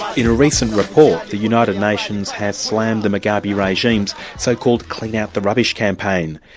in a recent report, the united nations has slammed the mugabe regime's so-called clean out the rubbish campaign.